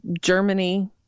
Germany